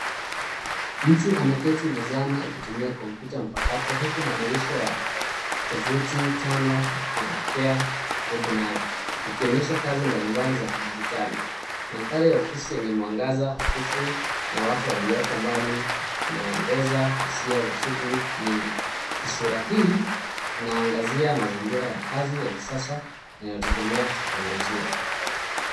Mtu ameketi mezani akitumia kompyuta mpakato huku madirisha ya tovuti tano yakielekea karibu naye yakionyesha kazi mbalimbali za kidijitali. Mandhari ya ofisi yenye mwangaza hafifu na watu walioko mbali inaongeza hisia za shughuli nyingi. Taswira hii inaangazia mazingira ya kazi ya kisasa inayotegemea teknolojia.